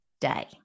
day